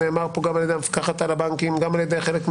ונאמר פה גם על ידי המפקחת על הבנקים וגם על ידי אחרים,